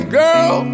girl